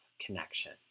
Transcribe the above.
connection